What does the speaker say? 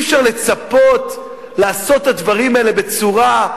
אי-אפשר לצפות לעשות את הדברים האלה בצורה,